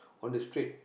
on the street